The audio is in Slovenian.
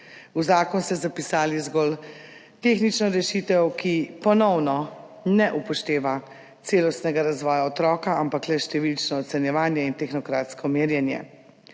V zakon ste zapisali zgolj tehnično rešitev, ki ponovno ne upošteva celostnega razvoja otroka, ampak le številčno ocenjevanje in tehnokratsko merjenje.